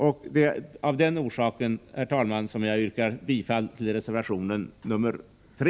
Det är av den orsaken, herr talman, som jag yrkar bifall till reservation 3.